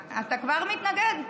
אתה כבר מתנגד?